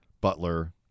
Butler